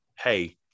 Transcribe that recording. Hey